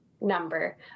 number